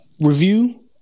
review